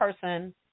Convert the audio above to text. person